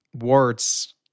words